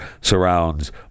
surrounds